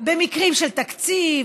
במקרים של תקציב,